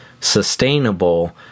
sustainable